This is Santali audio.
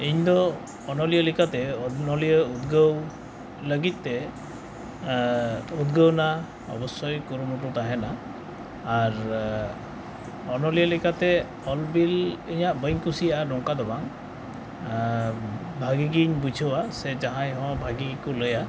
ᱤᱧᱫᱚ ᱚᱱᱚᱞᱤᱭᱟᱹ ᱞᱮᱠᱟᱛᱮ ᱚᱱᱚᱞᱤᱭᱟᱹ ᱩᱫᱽᱜᱟᱹᱣ ᱞᱟᱹᱜᱤᱫᱛᱮ ᱩᱫᱽᱜᱟᱹᱣ ᱨᱮᱱᱟᱜ ᱚᱵᱚᱥᱥᱳᱭ ᱠᱩᱨᱩᱢᱩᱴᱩ ᱛᱟᱦᱮᱱᱟ ᱟᱨ ᱚᱱᱚᱞᱤᱭᱟᱹ ᱞᱮᱠᱟᱛᱮ ᱚᱞᱵᱤᱞ ᱤᱧᱟᱹᱜ ᱵᱟᱹᱧ ᱠᱩᱥᱤᱭᱟᱜᱼᱟ ᱱᱚᱝᱠᱟᱫᱚ ᱵᱟᱝ ᱵᱷᱟᱜᱮᱜᱮᱧ ᱵᱩᱡᱷᱟᱹᱣᱟ ᱥᱮ ᱡᱟᱦᱟᱸᱭ ᱦᱚᱸ ᱵᱷᱟᱜᱮ ᱜᱮᱠᱚ ᱞᱟᱹᱭᱟ